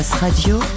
Radio